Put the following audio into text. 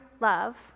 love